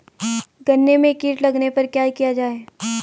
गन्ने में कीट लगने पर क्या किया जाये?